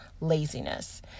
laziness